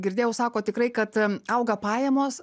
girdėjau sako tikrai kad auga pajamos